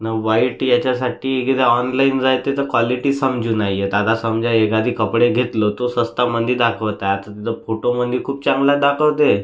न वाईट याच्यासाठी की ते ऑनलाईन जायते तर क्वालिटी समजू नाही येत आता समजा एखादी कपडे घेतलो तो सस्तामधे दाखवताय आता तिथं फोटोमधे खूप चांगलं दाखवतं आहे